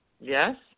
Yes